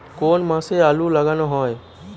কোন মাসে আলু লাগানো হয়?